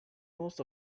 most